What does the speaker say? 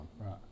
Right